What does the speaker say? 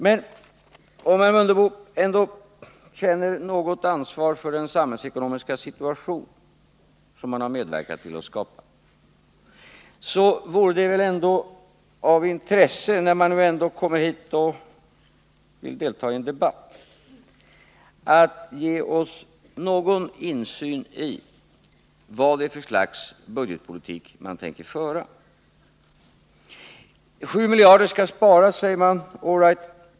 Men om herr Mundebo ändå känner något ansvar för den samhällsekonomiska situation som han har medverkat till att skapa, vore det väl av intresse — när han nu ändå kommer hit och vill delta i en debatt — att ge oss någon insyn i vad det är för slags budgetpolitik som han tänker föra. 7 miljarder kronor skall sparas, säger man. All right.